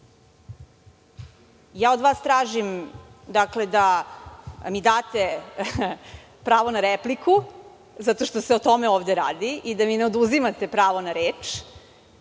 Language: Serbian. od vas tražim da mi date pravo na repliku, zato što se o tome ovde radi i da mi ne oduzimate pravo na reč,